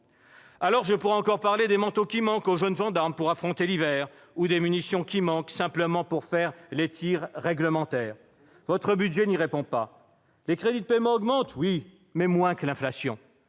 Je pourrais encore évoquer les manteaux qui manquent aux jeunes gendarmes pour affronter l'hiver ou les munitions qui font défaut simplement pour faire les tirs réglementaires. Votre budget n'y répond pas. Les crédits de paiement augmentent ? Oui, mais moins que l'inflation